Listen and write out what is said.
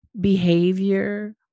behavior